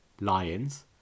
lions